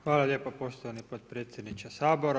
Hvala lijepo poštovani potpredsjedniče Sabora.